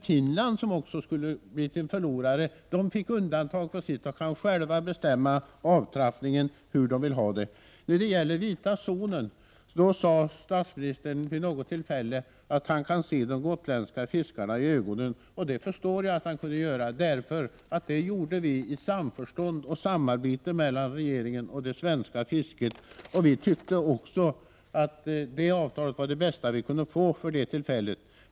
Finland, som också kunde ha blivit en förlorare, fick sådana undantag att finnarna själva kan bestämma hur de vill genomföra sin avtrappning. När det gäller den vita zonen sade statsministern vid något tillfälle att han kan se de gotländska fiskarna i ögonen, och det förstår jag att han kunde göra. Förhandlingarna skedde den gången i samförstånd och samarbete mellan regeringen och det svenska fisket. Vi tyckte också att avtalet på den punkten var det bästa som vi kunde få vid det tillfället.